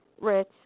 rich